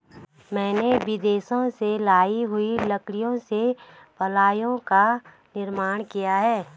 मैंने विदेश से लाई हुई लकड़ी से प्लाईवुड का निर्माण किया है